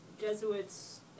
Jesuits